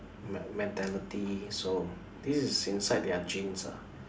m~ mentality so this is inside their genes lah